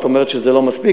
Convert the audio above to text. את אומרת: זה לא מספיק.